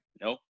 Nope